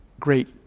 Great